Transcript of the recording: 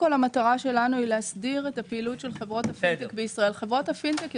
המטרה שלנו היא להסדיר את פעילות חברות הפינטק בישראל.